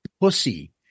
pussy